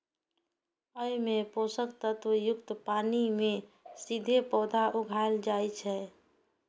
अय मे पोषक तत्व युक्त पानि मे सीधे पौधा उगाएल जाइ छै